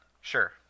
Sure